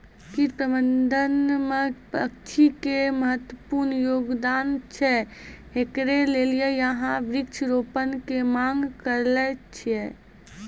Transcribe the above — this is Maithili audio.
कीट प्रबंधन मे पक्षी के महत्वपूर्ण योगदान छैय, इकरे लेली यहाँ वृक्ष रोपण के मांग करेय छैय?